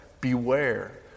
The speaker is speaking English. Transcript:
beware